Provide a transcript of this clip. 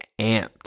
amped